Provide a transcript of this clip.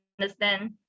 understand